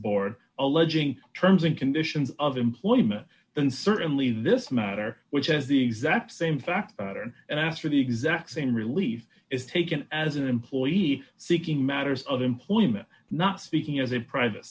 board alleging terms and conditions of employment then certainly this matter which has the exact same facts and asked for the exact same relief is taken as an employee seeking matters of employment not speaking as a private